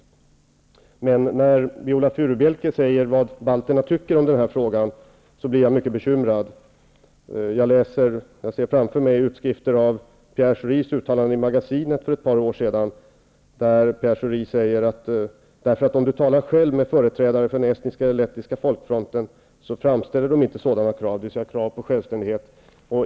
Jag blir mycket bekymrad när Viola Furubjelke säger vad balterna tycker om den frågan. Jag ser framför mig utskrifter av Pierre Schoris uttalande i Magasinet för ett par år sedan. Där sade han att om man själv talar med företrädare från estniska eller lettiska folkfronten framställer de inte sådana krav, dvs. krav på självständighet.